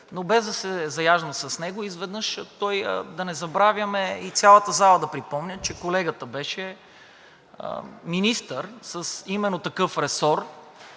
но без да се заяждам с него – да не забравяме и на цялата зала да припомня, че колегата беше министър с именно такъв ресор